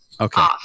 Okay